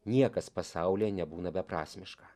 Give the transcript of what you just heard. niekas pasaulyje nebūna beprasmiška